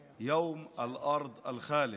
אל-חאלד.